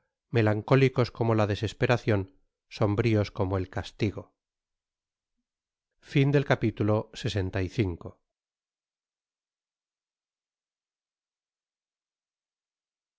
melancólicos como la desesperacion sombríos como el castigo